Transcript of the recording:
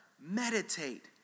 meditate